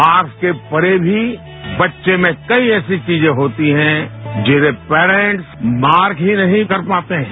mark के परे भी बच्चे में कई ऐसी चीजें होती है जिन्हें पेरेन्ट्स मार्क ही नहीं कर पाते है